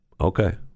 Okay